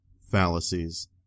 Fallacies